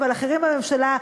אבל אחרים בממשלה,